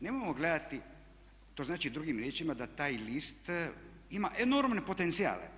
Nemojmo gledati, to znači drugim riječima da taj list ima enormne potencijale.